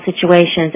situations